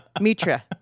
Mitra